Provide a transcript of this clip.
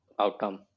outcome